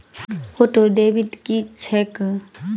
Auto debit की छैक?